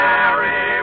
Mary